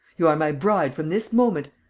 you are my bride from this moment.